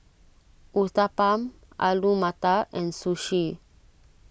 Uthapam Alu Matar and Sushi